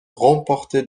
remporté